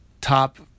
top